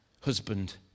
husband